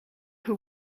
who